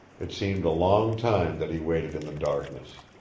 it seemed a long time that he waited in the darkness.